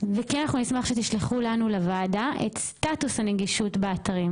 וכן נשמח שתשלחו לנו לוועדה את סטטוס הנגישות באתרים